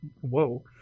whoa